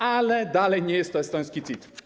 Ale dalej nie jest to estoński CIT.